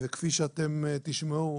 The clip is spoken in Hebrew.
כפי שתשמעו,